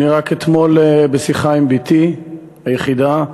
רק אתמול בשיחה עם בתי, היחידה,